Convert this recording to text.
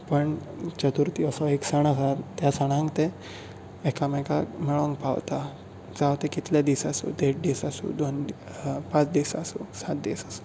पण चतुर्थी असो एक सण आसा त्या सणाक ते एकामेकांक मेळोंक पावतात जावं कितले दीस आसूं देड दीस आसूं दोन दीस पांच दीस आसूं सात दीस आसूं